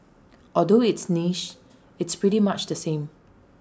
although it's niche it's pretty much the same